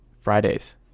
fridays